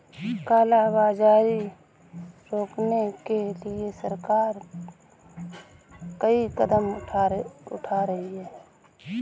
काला बाजारी रोकने के लिए सरकार कई कदम उठा रही है